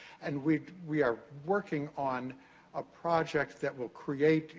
and we we are working on a project that will create,